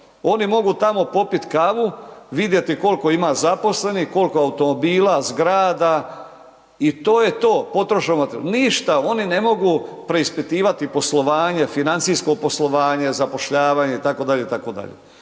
Oni mogu tamo popit kavu, vidjeti koliko ima zaposlenih, koliko automobila, zgrada i to je to, potrošnog materijala. Ništa oni ne mogu preispitivati poslovanje, financijsko poslovanje, zapošljavanje itd.,